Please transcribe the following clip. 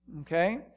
Okay